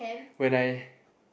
when I